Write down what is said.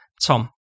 Tom